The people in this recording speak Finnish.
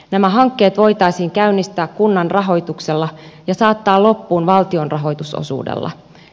nämä hankkeet voitaisiin käynnistää kunnan rahoituksella ja saattaa loppuun valtion rahoitusosuudella